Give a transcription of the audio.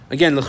Again